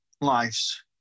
life's